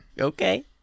Okay